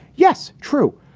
yes, true,